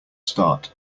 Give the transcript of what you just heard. start